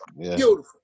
Beautiful